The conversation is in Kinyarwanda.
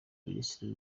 minisitiri